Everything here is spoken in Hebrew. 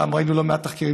גם ראינו לא מעט תחקירים,